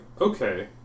okay